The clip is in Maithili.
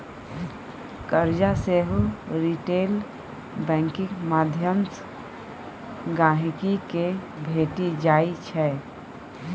करजा सेहो रिटेल बैंकिंग माध्यमसँ गांहिकी केँ भेटि जाइ छै